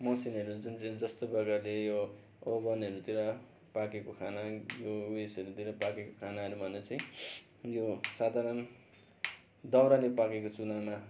मसिनहरू जुन चाहिँ जस्तो प्रकारले यो ओभनहरूतिर पाकेको खानाहरू ऊ यसहरूतिर पाकेको खानाहरू भन्दा चाहिँ यो साधारण दाउराले पाकेको चुलामा